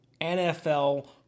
NFL